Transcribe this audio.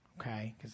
okay